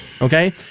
okay